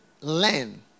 learn